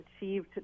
achieved